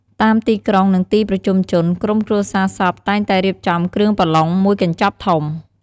តាមទីក្រុង និងទីប្រជុំជន ក្រុមគ្រួសារសពតែងតែរៀបចំគ្រឿងបន្លុងមួយកញ្ចប់ធំ។